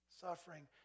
suffering